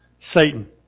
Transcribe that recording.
Satan